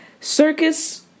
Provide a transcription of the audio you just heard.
circus